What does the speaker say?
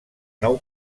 nou